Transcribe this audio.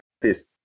peace